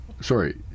Sorry